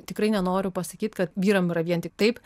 tikrai nenoriu pasakyt kad vyram yra vien tik taip